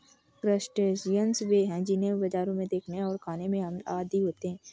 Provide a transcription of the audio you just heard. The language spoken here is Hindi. क्रस्टेशियंस वे हैं जिन्हें बाजारों में देखने और खाने के हम आदी होते हैं